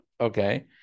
okay